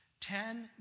ten